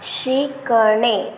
शिकणे